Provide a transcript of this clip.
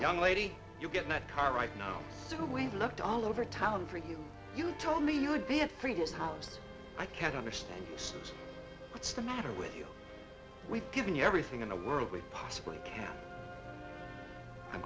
young lady you get that car right now to wave looked all over town for you you told me you would be a previous house i can't understand what's the matter with you we've given you everything in the world we possibly can i'm